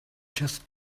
just